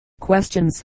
questions